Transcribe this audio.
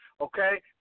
Okay